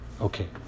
Okay